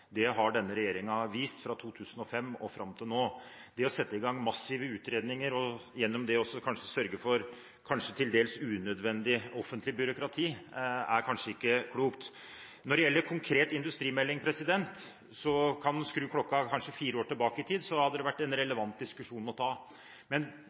Det har denne regjeringen vist fra 2005 og fram til nå. Det å sette i gang massive utredninger og gjennom det kanskje også sørge for til dels unødvendig offentlig byråkrati, er kanskje ikke klokt. Når det gjelder industrimelding konkret: Hadde man skrudd klokken fire år tilbake i tid, hadde det vært en relevant diskusjon å ta. Men